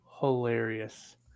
hilarious